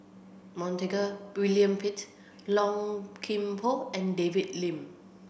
Montague William Pett Low Kim Pong and David Lim